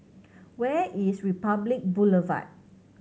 where is Republic Boulevard